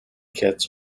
kits